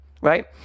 Right